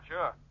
Sure